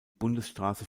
bundesstraße